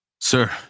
Sir